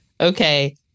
Okay